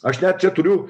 aš net čia turiu